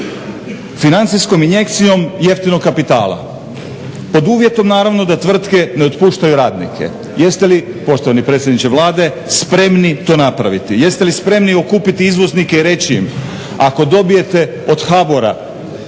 financijskom injekcijom jeftinog kapitala pod uvjetom naravno da tvrtke ne otpuštaju radnike. Jeste li poštovani predsjedniče Vlade spremni to napraviti? Jeste li spremni okupiti izvoznike i reći im ako dobijete od HBOR-a